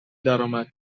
درآمد